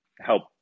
help